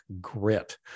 Grit